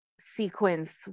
sequence